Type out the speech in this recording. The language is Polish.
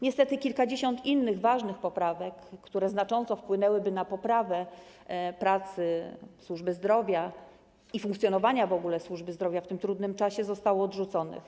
Niestety kilkadziesiąt innych ważnych poprawek, które znacząco wpłynęłyby na poprawę pracy służby zdrowia i w ogóle na funkcjonowanie służby zdrowia w tym trudnym czasie, zostało odrzuconych.